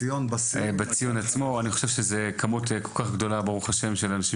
גם בציון עצמו יש כמות גדולה מאוד של אנשים